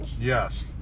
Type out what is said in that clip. Yes